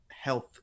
health